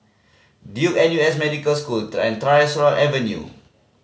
Duke N U S Medical School Tyersall Avenue